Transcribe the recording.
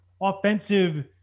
offensive